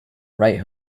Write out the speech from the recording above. right